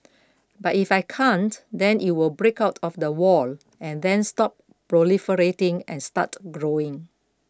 but if I can't then it will break out of the wall and then stop proliferating and start growing